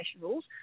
rules